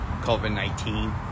COVID-19